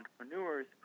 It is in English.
entrepreneurs